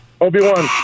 Obi-Wan